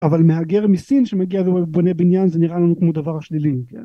אבל מהגר מסין שמגיע ובונה בניין זה נראה לנו כמו דבר שלילי, כן..